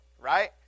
right